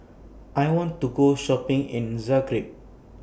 I want to Go Shopping in Zagreb